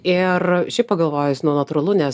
ir šiaip pagalvojus nu natūralu nes